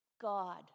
God